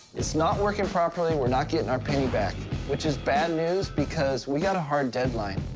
it's not working properly. we're not getting our penny back. which is bad news because we got a hard deadline.